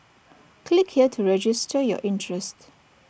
click here to register your interest